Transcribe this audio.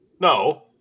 No